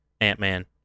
Ant-Man